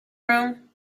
room